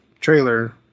trailer